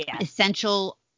essential